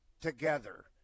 together